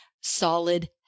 solid